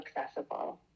accessible